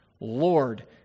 Lord